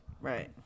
Right